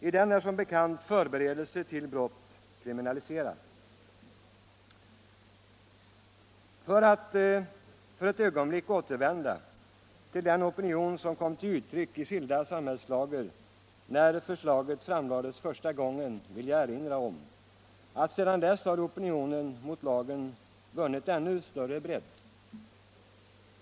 I den är som bekant förberedelse till brott kriminaliserad. För att ett ögonblick återvända till den opinion som kom till uttryck i skilda samhällslager när förslaget framlades första gången vill jag erinra om att opinionen mot lagen sedan dess har vunnit ännu större bredd.